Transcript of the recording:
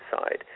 side